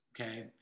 Okay